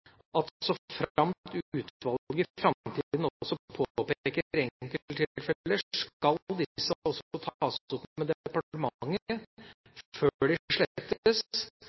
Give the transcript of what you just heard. at såframt utvalget i framtida også påpeker enkelttilfeller, skal det også tas opp med departementet før de slettes,